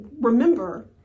remember